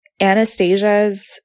Anastasia's